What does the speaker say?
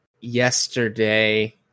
yesterday